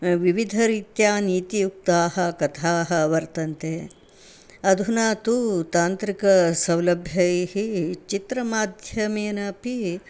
विविधरीत्या नीतियुक्ताः कथाः वर्तन्ते अधुना तु तान्त्रिकसौलभ्यैः चित्रमाध्यमेन अपि